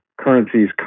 currencies